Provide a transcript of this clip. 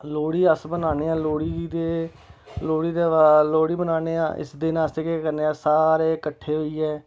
लोह्ड़ी अस मनान्ने आं लोह्ड़ी गी ते लोहड़ी दे बाद लोहड़ी मनान्ने आं इस दिन अस केह् करनेआं सारे कट्ठे होइयै